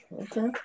Okay